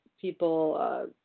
people